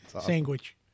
sandwich